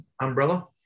umbrella